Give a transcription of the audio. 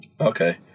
Okay